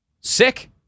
Sick